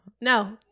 no